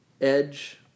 Edge